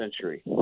century